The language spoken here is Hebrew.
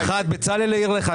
בצלאל העיר לך,